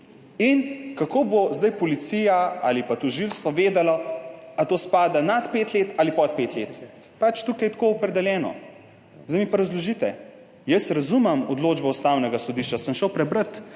C0. Kako bo zdaj policija ali pa tožilstvo vedelo, ali to spada nad pet let ali pod pet let? Tukaj je pač tako opredeljeno. Zdaj mi pa razložite. Jaz razumem odločbo Ustavnega sodišča, sem šel prebrat.